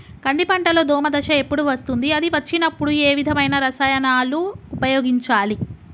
కంది పంటలో దోమ దశ ఎప్పుడు వస్తుంది అది వచ్చినప్పుడు ఏ విధమైన రసాయనాలు ఉపయోగించాలి?